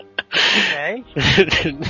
Okay